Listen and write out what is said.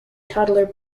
toddler